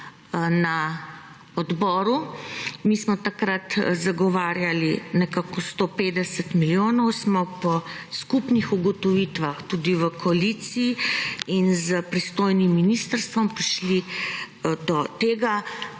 na Odboru – mi smo takrat zagovarjali nekako 150 milijonov smo po skupnih ugotovitvah tudi v koaliciji in s pristojnim ministrstvom prišli do tega,